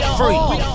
free